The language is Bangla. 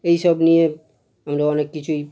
এইসব নিয়ে আমরা অনেক কিছুই